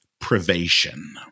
privation